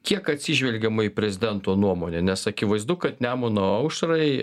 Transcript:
kiek atsižvelgiama į prezidento nuomonę nes akivaizdu kad nemuno aušrai